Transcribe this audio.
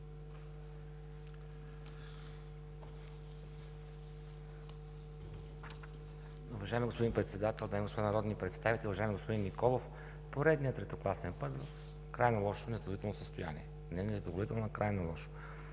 Уважаеми господин Председател, дами и господа народни представители, уважаеми господин Николов! Поредният третокласен път е в крайно лошо, незадоволително състояние. Не незадоволително, а крайно лошо